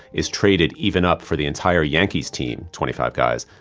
is traded even up for the entire yankee's team, twenty five guys,